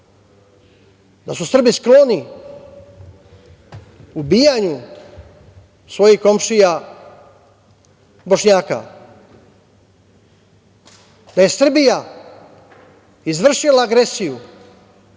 da su Srbi skloni ubijanju svojih komšija Bošnjaka, da je Srbija izvršila agresiju